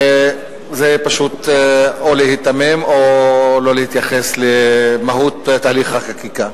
זה פשוט או להיתמם או לא להתייחס למהות תהליך החקיקה.